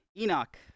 Enoch